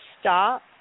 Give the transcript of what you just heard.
stop